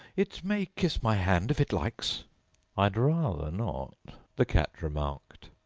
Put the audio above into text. it may kiss my hand if it likes i'd rather not the cat remarked.